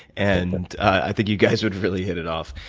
and i think you guys would really hit it off.